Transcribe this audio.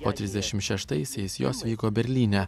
o trisdešimt šeštaisiais jos vyko berlyne